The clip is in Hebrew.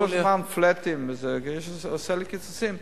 יש כל הזמן "פלאטים" וזה עושה לי קיצוצים.